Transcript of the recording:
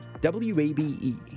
WABE